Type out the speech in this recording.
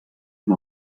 amb